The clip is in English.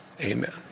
amen